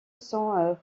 sont